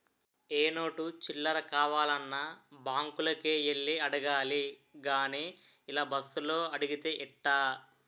ఏ note చిల్లర కావాలన్నా బాంకులకే యెల్లి అడగాలి గానీ ఇలా బస్సులో అడిగితే ఎట్టా